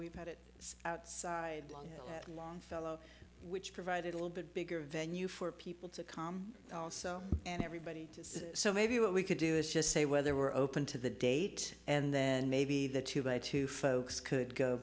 we've had it outside at longfellow which provided a little bit bigger venue for people to come and everybody so maybe what we could do is just say whether we're open to the date and then maybe the two by two folks could go